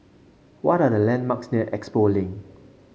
what are the landmarks near Expo Link